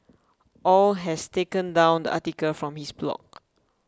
Au has taken down the article from his blog